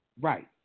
Right